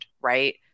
right